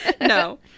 No